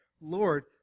Lord